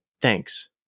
thanks